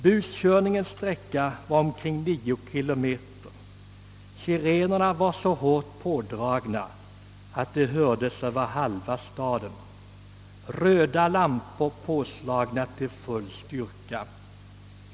Buskörningens sträcka var omkring 9 km. Sirenerna var så hårt pådragna, att de hördes över halva staden. Röda lampor påslagna till full styrka.